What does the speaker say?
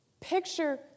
picture